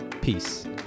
Peace